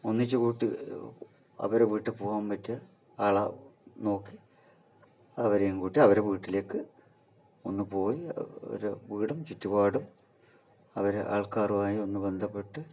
ഒന്നിച്ച് കൂട്ട് അവരുടെ വീട്ടിൽ പോകാൻ പറ്റിയ ആളെ നോക്കി അവരെയും കൂട്ടി അവരുടെ വീട്ടിലേക്ക് ഒന്നു പോയി അവരുടെ വീടും ചുറ്റുപാടും അവരുടെ ആൾക്കാരുമായി ഒന്ന് ബന്ധപ്പെട്ട്